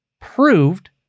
proved